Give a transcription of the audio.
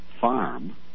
farm